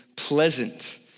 Pleasant